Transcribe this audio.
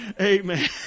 Amen